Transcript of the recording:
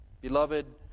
Beloved